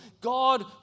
God